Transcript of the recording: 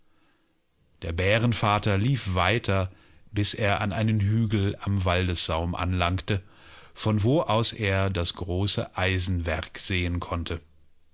der bärenvater lief weiter bis er an einen hügel am waldessaum anlangte von wo aus er das große eisenwerk sehen konnte